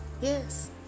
Yes